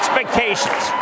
Expectations